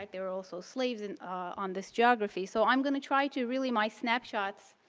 like there were also slaves in on this geography. so, i'm going to try to really my snapshots,